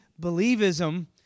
believism